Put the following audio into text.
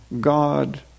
God